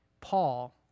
Paul